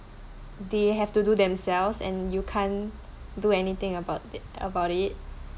they have to do themselves and you can't do anything about it about it